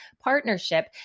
partnership